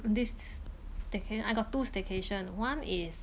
this s~ staycay I got two staycation one is